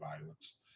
violence